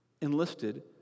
enlisted